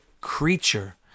creature